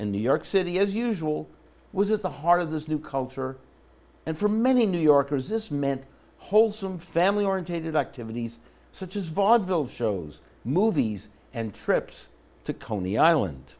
and new york city as usual was at the heart of this new culture and for many new yorkers this meant wholesome family orientated activities such as vaudeville shows movies and trips to coney island